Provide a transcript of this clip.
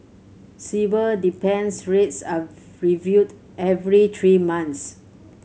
Sibor dependent rates are reviewed every three months